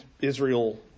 Israel